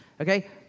Okay